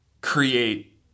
create